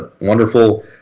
wonderful